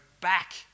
back